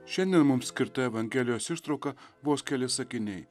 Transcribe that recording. šiandien mums skirta evangelijos ištrauka vos keli sakiniai